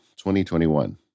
2021